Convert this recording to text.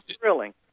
thrilling